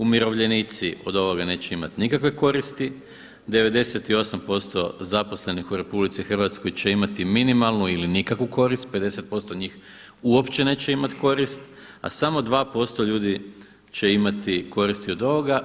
Umirovljenici od ovoga neće imati nikakve koristi, 98% zaposlenih u RH će imati minimalnu ili nikakvu korist, 50% njih uopće neće imati korist a samo 2% ljudi će imati koristi od ovoga.